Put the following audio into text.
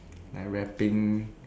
I rapping